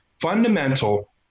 fundamental